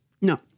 No